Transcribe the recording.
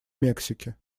мексики